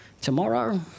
tomorrow